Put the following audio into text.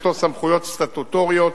יש לו סמכויות סטטוטוריות,